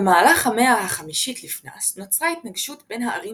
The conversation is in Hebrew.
במהלך המאה ה-5 לפנה"ס נוצרה התנגשות בין הערים